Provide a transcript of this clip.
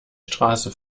straße